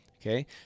Okay